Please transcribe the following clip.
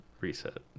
reset